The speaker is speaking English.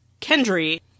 Kendry